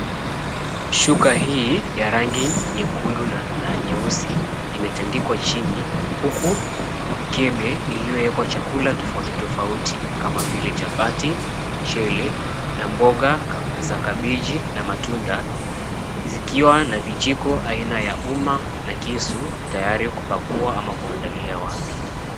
Shuka hili ya rangi ya nyekundu na nyeusi imetandikwa chini huku mikebe iliyowekwa chakula tofauti tofauti kama vile chapati, mchele na mboga za kabeji na matunda zikiwa na vijiko aina ya uma na kisu tayari kupakua ama kuandalia watu.